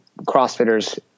CrossFitters